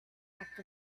act